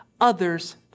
others